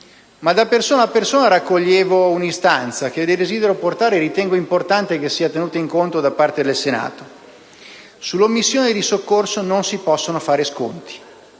Ma da persona a persona raccoglievo un'istanza, che desidero portare all'attenzione e ritengo importante che sia tenuta in conto da parte del Senato: sull'omissione di soccorso non si possono fare sconti.